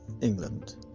England